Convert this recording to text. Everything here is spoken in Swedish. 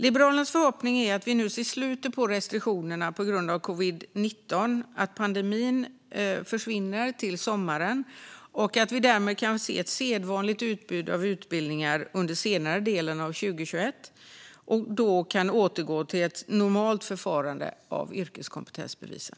Liberalernas förhoppning är att vi nu ser slutet på restriktionerna på grund av covid-19 och att pandemin försvinner till sommaren samt att vi därmed kan få se ett sedvanligt utbud av utbildningar under senare delen av 2021 och då kan återgå till ett normalt förfarande när det gäller yrkeskompetensbevisen.